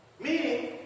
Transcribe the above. Meaning